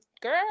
girl